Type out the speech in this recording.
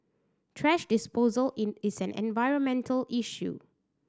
thrash disposal is an environmental issue